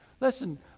Listen